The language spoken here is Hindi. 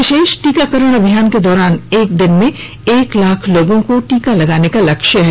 विशेष टीकाकरण अभियान के दौरान एक दिन में एक लाख लोगों को टीका लगाने का लक्ष्य रखा गया है